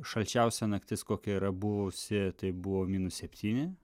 šalčiausia naktis kokia yra buvusi tai buvo minus septyni